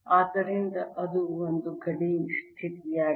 ಆದ್ದರಿಂದ ಅದು ಒಂದು ಗಡಿ ಸ್ಥಿತಿಯಾಗಿದೆ